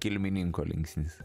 kilmininko linksnis